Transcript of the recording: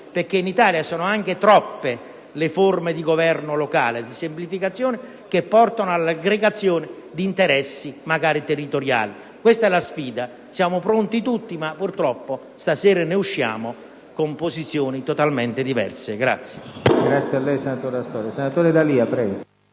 (perché in Italia sono anche troppe le forme di governo locale) che portino all'aggregazione di interessi, magari territoriali. Questa è la sfida. Siamo pronti tutti; ma, purtroppo, stasera ne usciamo con posizioni totalmente diverse.